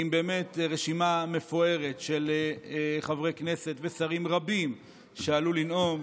עם רשימה באמת מפוארת של חברי כנסת ושרים רבים שעלו לנאום.